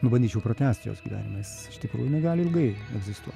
nu bandyčiau pratęsti jos gyvenimas iš tikrųjų negali ilgai egzistuot